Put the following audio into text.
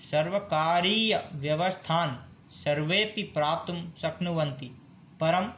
सर्वकारीयव्यवस्थान् सर्वेपि प्राप्तुं शक्नुवन्ति परम्